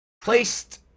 placed